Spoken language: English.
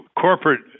corporate